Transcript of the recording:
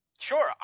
Sure